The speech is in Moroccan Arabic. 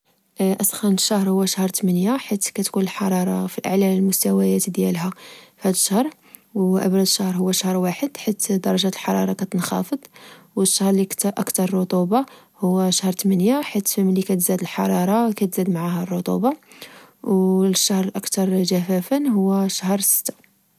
أسخن شهر هو شهر تمنيا، حيت كتكون الحرارة في أعلى مستوياتها فهاد الشهر، وأبرد شهر هو شهر واحد، حيت درجات الحرارة كتنخافض. و الشهر الأكتر رطوبة هو شهر تمنيا، حيث ملي كتزاد الحرارة، كتزاد معاها الرطوبة، والشهر الأكتر جفافا هو شهر ستا.